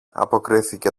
αποκρίθηκε